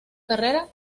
carrera